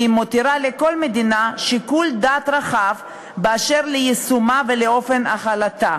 והיא מותירה לכל מדינה שיקול דעת רחב אשר ליישומה ולאופן החלתה.